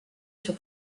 sur